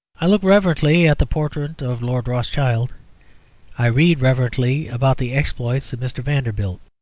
i look reverently at the portrait of lord rothschild i read reverently about the exploits of mr. vanderbilt.